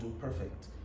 perfect